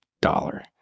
dollar